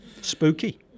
Spooky